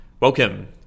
Welcome